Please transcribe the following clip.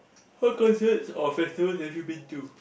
what concerts or festivals have you been to